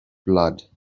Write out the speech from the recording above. blood